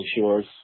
Shore's